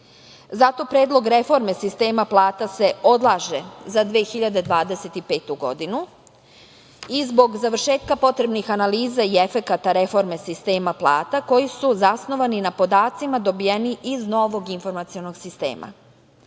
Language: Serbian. predlog reforme sistema plata se odlaže za 2025. godinu, i zbog završetka potrebnih analiza i efekata reforme sistema plata koji su zasnovani na podacima dobijenim iz novog informacionog sistema. Sve